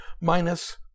minus